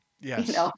Yes